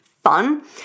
fun